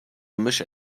gemisch